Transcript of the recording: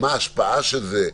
מה ההשפעה של זה,